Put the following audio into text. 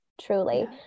truly